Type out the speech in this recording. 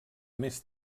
més